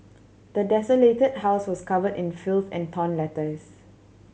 the desolated house was covered in filth and torn letters